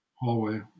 hallway